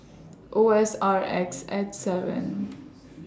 O S R X H seven